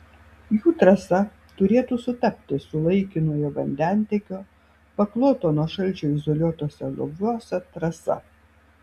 jų trasa turėtų sutapti su laikinojo vandentiekio pakloto nuo šalčio izoliuotuose loviuose trasa